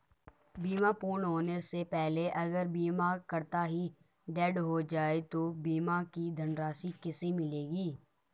बीमा पूर्ण होने से पहले अगर बीमा करता की डेथ हो जाए तो बीमा की धनराशि किसे मिलेगी?